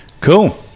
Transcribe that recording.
cool